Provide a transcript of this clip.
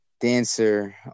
dancer